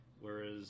whereas